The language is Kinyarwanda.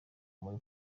muri